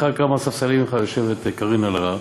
במרחק כמה ספסלים ממך יושבת קארין אלהרר,